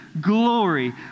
glory